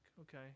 okay